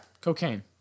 cocaine